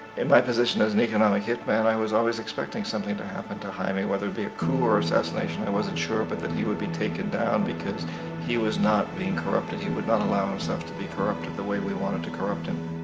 in my position as an economic hitman, i was always expecting something to happen to jaime, whether it'd be a coup or assassination, i wasn't sure, but that he would be taken down, because he was not beeing corrupted, he would not allow himself to be corrupted the way we wanted to corrupt him.